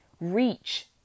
reach